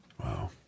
Wow